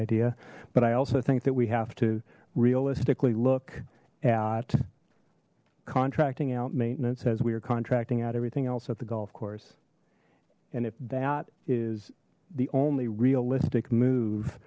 idea but i also think that we have to realistically look at contracting out maintenance as we are contracting out everything else at the golf course and if that is the only realistic move